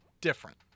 different